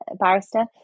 barrister